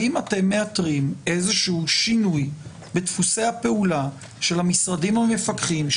האם אתם מאתרים איזשהו שינוי בדפוסי הפעולה של המשרדים המפקחים,